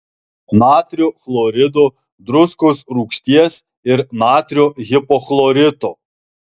natrio chlorido druskos rūgšties ir natrio hipochlorito